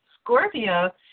Scorpio